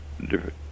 different